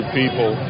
people